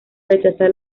rechaza